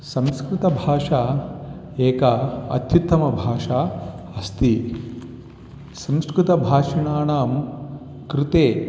संस्कृतभाषा एका अत्युत्तमभाषा अस्ति संस्कृतभाषिणां कृते